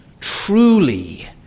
truly